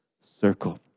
circle